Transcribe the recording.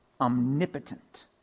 omnipotent